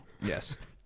Yes